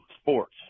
sports